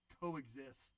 coexist